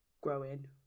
growing